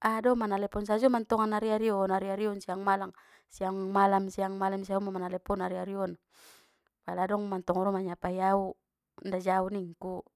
aha do manalepon sajo mantongan ari-ari on ari-ari on siang malang siang malam siang malam sajo manelepon ari-ari on pala dong mantong ro manyapai au inda jau ningku.